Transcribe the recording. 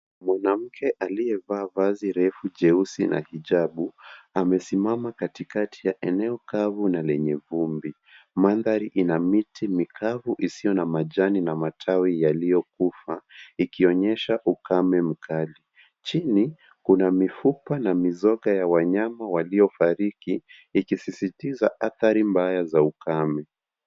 Mwanamke aliyevaa vazi refu jeusi na hijabu amesimama katikati ya eneo kavu na lenye vumbi. Mandhari ina miti mikavu isiyo na majani na matawi yaliyokufa ikionyesha ukame mkali. Chini kuna mifupa na mizoga ya wanyama waliofariki ikisisitiza athari mbaya za ukame.